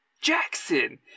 Jackson